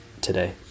today